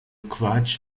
clutch